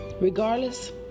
Regardless